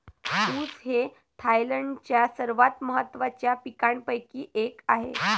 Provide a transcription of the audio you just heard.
ऊस हे थायलंडच्या सर्वात महत्त्वाच्या पिकांपैकी एक आहे